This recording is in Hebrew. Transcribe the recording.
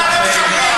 צר לי, אבל זה לא קרה.